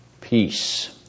peace